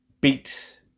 beat